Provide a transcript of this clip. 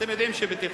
אתם יודעים שבתיכונים,